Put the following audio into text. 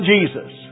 Jesus